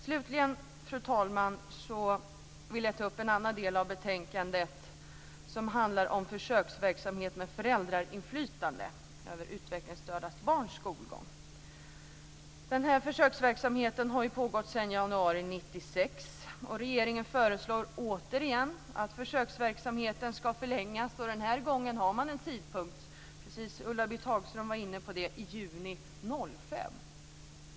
Slutligen, fru talman, vill jag ta upp en annan del av betänkandet, som handlar om försöksverksamhet med föräldrainflytande över utvecklingsstörda barns skolgång. Försöksverksamheten har pågått sedan januari 1996, och regeringen föreslår återigen att försöksverksamheten ska förlängas. Den här gången har man en tidpunkt - Ulla-Britt Hagström var också inne på det här - nämligen juni 2005.